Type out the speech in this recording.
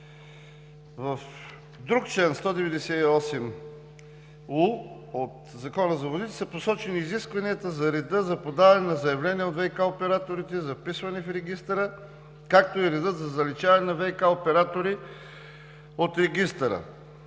В друг член – чл. 198у от Закона за водите, са посочени изискванията за реда за подаване на заявления от ВиК операторите за вписване в Регистъра, както и редът за заличаване на ВиК оператори от Регистъра.